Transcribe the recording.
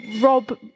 Rob